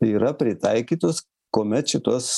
yra pritaikytos kuomet šituos